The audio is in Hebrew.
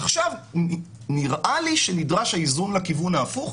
עכשיו נראה לי שנדרש האיזון לכיוון ההפוך.